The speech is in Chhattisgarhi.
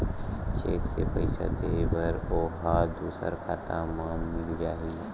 चेक से पईसा दे बर ओहा दुसर खाता म मिल जाही?